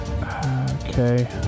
okay